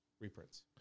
reprints